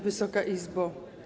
Wysoka Izbo!